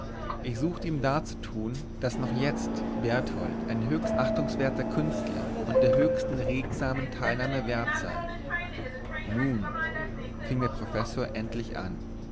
ich suchte ihm darzutun daß noch jetzt berthold ein höchst achtungswerten künstler und der höchsten regsamen teilnahme wert sei nun fing der professor endlich an